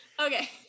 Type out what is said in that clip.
okay